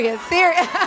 serious